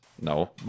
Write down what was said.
No